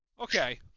Okay